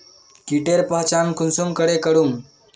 कीटेर पहचान कुंसम करे करूम?